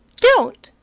don't!